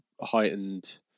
heightened